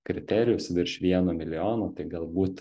kriterijus virš vieno milijono tai galbūt